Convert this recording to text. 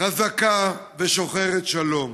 חזקה ושוחרת שלום.